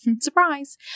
Surprise